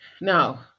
Now